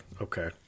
okay